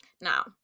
Now